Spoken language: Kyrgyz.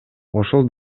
ошол